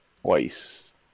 twice